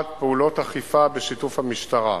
שאלה 1, פעולות אכיפה בשיתוף המשטרה,